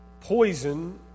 Poison